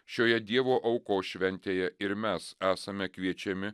šioje dievo aukos šventėje ir mes esame kviečiami